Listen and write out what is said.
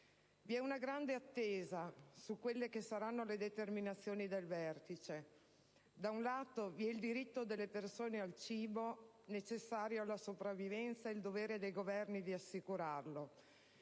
Vi è una grande attesa su quelle che saranno le determinazioni del vertice: da un lato, vi è il diritto delle persone al cibo necessario alla sopravvivenza e il dovere dei Governi di assicurarlo;